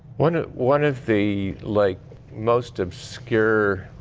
one ah one of the like most obscure